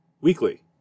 weekly